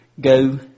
go